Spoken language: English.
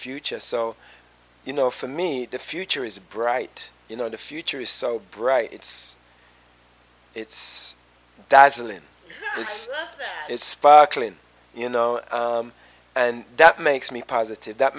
future so you know for me the future is bright you know the future is so bright it's it's dazzling it's it's sparkling you know and that makes me positive that